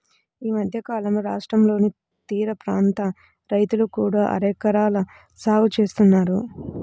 ఈ మధ్యకాలంలో రాష్ట్రంలోని తీరప్రాంత రైతులు కూడా అరెకల సాగు చేస్తున్నారు